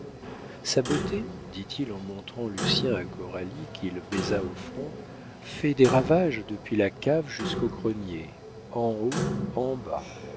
sa beauté dit-il en montrant lucien à coralie qu'il baisa au front fait des ravages depuis la cave jusqu'au grenier en haut en bas